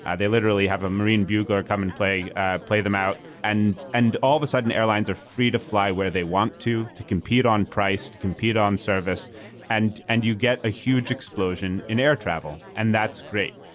they literally have a marine bugler come and play ah play them out and and all of a sudden airlines are free to fly where they want to to compete on price to compete on service and and you get a huge explosion in air travel and that's great.